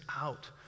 out